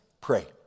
pray